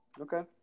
Okay